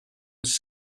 was